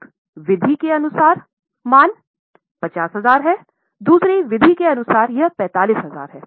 एक विधि के अनुसार मान 50000 है दूसरी विधि के अनुसार यह 45000 है